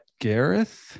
Gareth